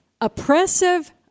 oppressive